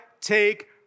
take